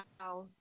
Wow